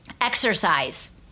Exercise